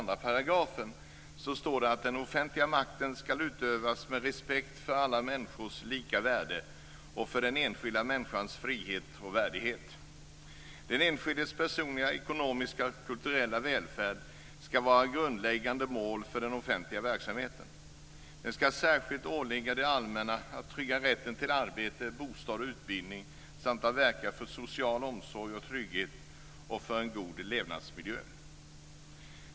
"Den offentliga makten skall utövas med respekt för alla människors lika värde och för den enskilda människans frihet och värdighet. Den enskildes personliga, ekonomiska och kulturella välfärd skall vara grundläggande mål för den offentliga verksamheten. Det skall särskilt åligga det allmänna att trygga rätten till arbete, bostad och utbildning samt att verka för social omsorg och trygghet och för en god levnadsmiljö.